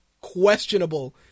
questionable